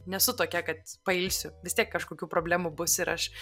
nesu tokia kad pailsiu vis tiek kažkokių problemų bus ir aš